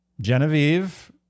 Genevieve